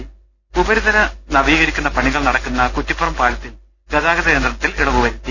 ഉപരിതലം നവീകരിക്കുന്ന പണികൾ നടക്കുന്ന കുറ്റിപ്പുറം പാലത്തിൽ ഗതാഗതനിയന്ത്രണത്തിൽ ഇളവ് വരുത്തി